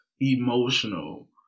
emotional